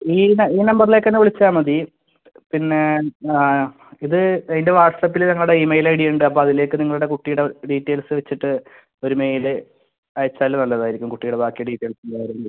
ഈ ഈ നമ്പറിലേക്ക് എന്നെ വിളിച്ചാൽ മതി പിന്നെ ഇത് എൻ്റെ വാട്ട്സ്ആപ്പിൽ ഞങ്ങളുടെ ഇമെയിൽ ഐഡി ഉണ്ട് അപ്പോൾ അതിലേക്ക് നിങ്ങളുടെ കുട്ടിയുടെ ഡീറ്റെയിൽസ് വച്ചിട്ട് ഒരു മെയിൽ അയച്ചാൽ നല്ലതായിരിക്കും കുട്ടിയുടെ ബാക്കി ഡീറ്റെയിൽസും കാര്യങ്ങളും